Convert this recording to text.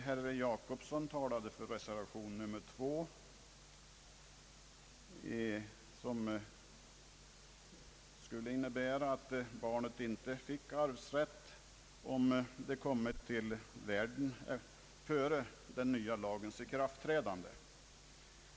Herr Gösta Jacobsson talade för reservation 2, som skulle innebära att barnet inte fick arvsrätt, om det kommit till världen före den nya lagens ikraftträdande.